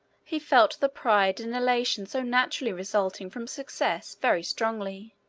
he felt the pride and elation so naturally resulting from success very strongly.